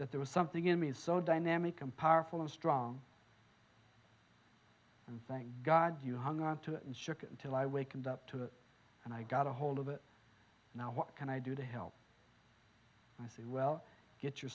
that there was something in me is so dynamic and powerful and strong and thank god you hung on to it and shook it until i wakened up to it and i got a hold of it now what can i do to help i see well get your